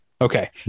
okay